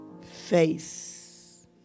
face